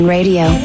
Radio